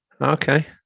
Okay